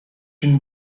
une